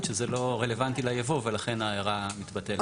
שזה לא רלוונטי ליבוא ולכן ההערה מתבטלת.